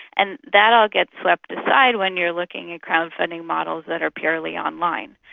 and that all gets swept aside when you're looking at crowd-funding models that are purely online.